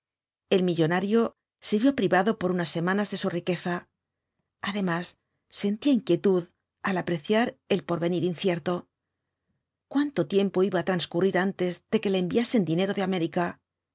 el millonario se vio privado por unas semanas de su riqueza además sentía inquietud al apreciar el porvenir incierto cuánto tiempo iba á transcurrir antes de que le enviasen dinero de américa